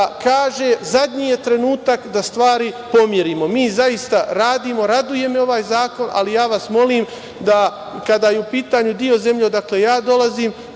kaže – zadnji je trenutak da stvari pomerimo. Mi zaista radimo. Raduje me ovaj zakon, ali molim vas da kada je u pitanju deo zemlje odakle ja dolazim